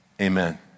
Amen